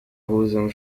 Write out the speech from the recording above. husum